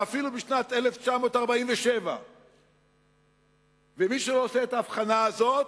ואפילו משנת 1947. ומי שלא עושה את ההבחנה הזאת,